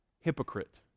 hypocrite